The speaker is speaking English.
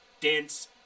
dance